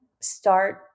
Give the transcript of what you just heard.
start